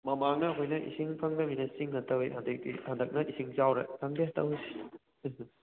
ꯃꯃꯥꯡꯗꯅ ꯑꯩꯈꯣꯏꯅ ꯏꯁꯤꯡ ꯐꯪꯗꯃꯤꯅ ꯆꯤꯡꯉ ꯇꯧꯋꯤ ꯍꯧꯖꯤꯛꯇꯤ ꯍꯟꯗꯛꯅ ꯏꯁꯤꯡ ꯆꯥꯎꯔꯦ ꯈꯪꯗꯦ ꯇꯧꯔꯤꯁꯦ